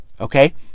Okay